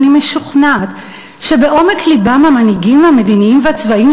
ואני משוכנעת שבעומק לבם המנהיגים המדיניים והצבאיים